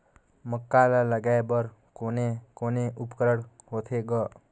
मक्का ला लगाय बर कोने कोने उपकरण होथे ग?